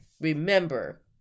Remember